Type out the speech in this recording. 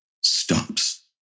stops